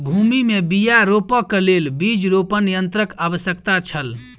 भूमि में बीया रोपअ के लेल बीज रोपण यन्त्रक आवश्यकता छल